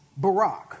Barack